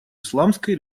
исламской